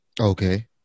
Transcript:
Okay